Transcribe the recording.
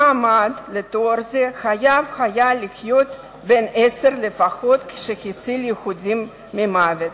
המועמד לתואר זה היה חייב להיות בן עשר לפחות כשהציל יהודים ממוות.